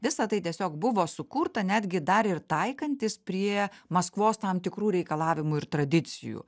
visa tai tiesiog buvo sukurta netgi dar ir taikantis prie maskvos tam tikrų reikalavimų ir tradicijų